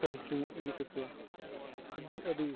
ᱤᱫᱤ ᱠᱟᱛᱮᱫ ᱟᱹᱰᱤᱼᱟᱹᱰᱤ